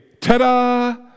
ta-da